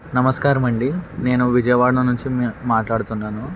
నమస్కారమండి నేను విజయవాడ నుంచి మాట్లాడుతున్నాను